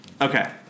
Okay